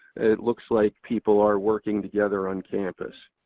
it looks like people are working together on campus.